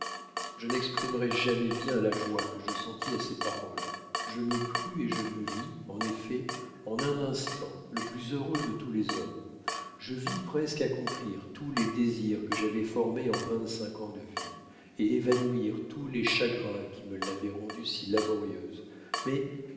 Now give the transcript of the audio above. je n'exprimerois jamais bien la joie que je sentis à ces paroles je me crus et je me vis en effet en un instant le plus heureux de tous les hommes je vis presque accomplir tous les désirs que j'avois formés en vingt-cinq ans de vie et évanouir tous les chagrins qui me l'avoient rendue si laborieuse mais